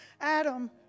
Adam